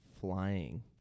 flying